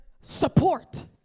support